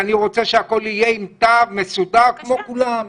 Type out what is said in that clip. אני רוצה שהכול יהיה עם תו מסודר כמו כולם.